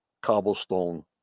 cobblestone